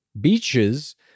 beaches